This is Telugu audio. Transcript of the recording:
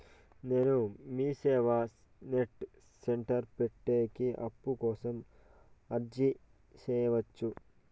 నేను మీసేవ నెట్ సెంటర్ పెట్టేకి అప్పు కోసం అర్జీ సేయొచ్చా?